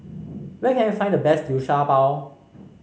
where can I find the best Liu Sha Bao